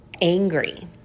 angry